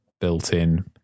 built-in